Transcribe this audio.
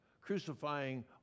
crucifying